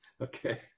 okay